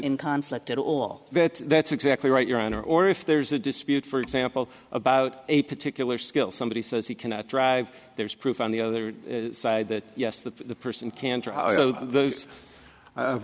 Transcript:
in conflict at all that that's exactly right your honor or if there's a dispute for example about a particular skill somebody says he cannot drive there's proof on the other side that yes the person